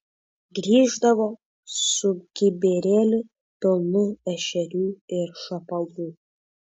grįždavo su kibirėliu pilnu ešerių ir šapalų